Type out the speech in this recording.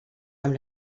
amb